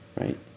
Right